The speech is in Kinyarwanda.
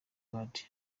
bad